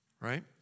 right